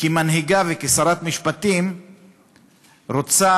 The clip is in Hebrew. כמנהיגה וכשרת משפטים רוצה